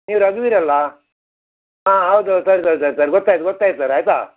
ನೀವು ರಘು ವೀರ್ ಅಲ್ಲ ಹಾಂ ಹೌದು ಸರಿ ಸರಿ ಸರಿ ಗೊತ್ತಾಯ್ತು ಗೊತ್ತಾಯ್ತು ಸರ್ ಆಯಿತಾ